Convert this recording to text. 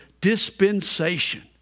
dispensation